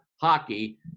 hockey